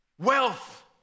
wealth